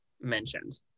mentioned